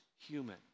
human